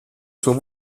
sua